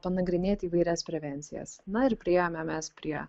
panagrinėti įvairias prevencijas na ir priėjome mes prie